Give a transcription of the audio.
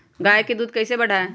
गाय का दूध कैसे बढ़ाये?